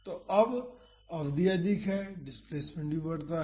तो अब अवधि अधिक है डिस्प्लेस्मेंट भी बढ़ता है